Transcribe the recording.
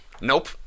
Nope